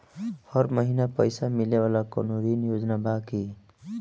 हर महीना पइसा मिले वाला कवनो ऋण योजना बा की?